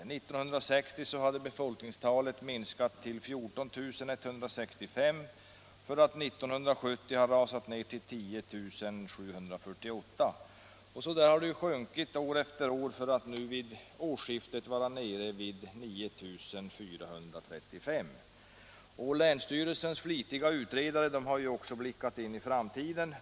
1960 hade befolkningstalet minskat till 14 165 för att 1970 ha rasat ner till 10 748. Så där har det sjunkit år efter år för att vid det senaste årsskiftet var nere i 9 435. Länsstyrelsens flitiga utredare har också blickat in i framtiden.